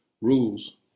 rules